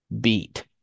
beat